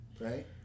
Right